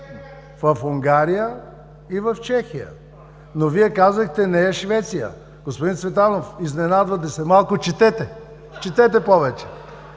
в Унгария и в Чехия. Вие казахте: „Не е Швеция!“. Господин Цветанов, изненадвате се. Малко четете, четете повече!